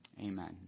Amen